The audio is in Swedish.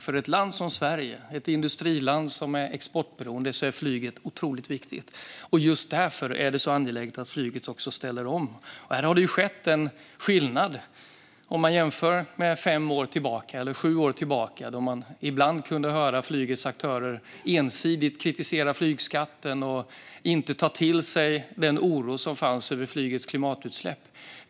För ett land som Sverige, ett industriland som är exportberoende, är flyget otroligt viktigt. Just därför är det så angeläget att flyget ställer om. Här ser man en skillnad om man tittar fem eller sju år tillbaka. Då kunde man ibland höra flygets aktörer ensidigt kritisera flygskatten och inte ta till sig oron över flygets klimatutsläpp.